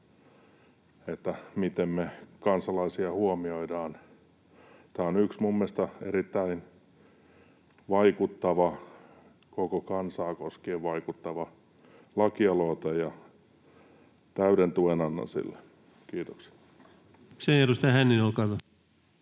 siitä, miten me kansalaisia huomioidaan. Tämä on yksi minun mielestäni erittäin vaikuttava, koko kansaa koskien vaikuttava laki-aloite, ja täyden tuen annan sille. — Kiitoksia.